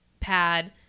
pad